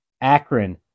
Akron